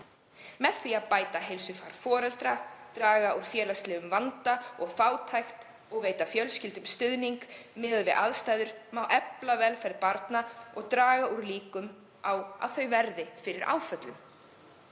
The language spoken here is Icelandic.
Með því að bæta heilsufar foreldra, draga úr félagslegum vanda og fátækt og veita fjölskyldum stuðning miðað við aðstæður má efla velferð barna og draga úr líkum á að þau verði fyrir áföllum.